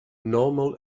normal